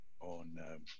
on